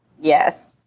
Yes